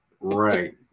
Right